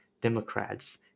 Democrats